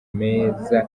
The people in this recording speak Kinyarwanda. meza